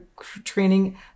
training